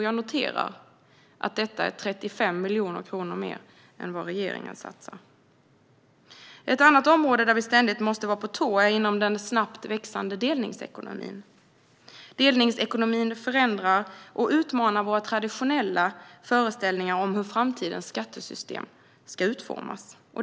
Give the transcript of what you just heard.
Jag noterar att detta är 35 miljoner kronor mer än vad regeringen satsar. Ett annat område där vi ständigt måste vara på tå är inom den snabbt växande delningsekonomin. Delningsekonomin förändrar och utmanar våra traditionella föreställningar om hur framtidens skattesystem ska utformas.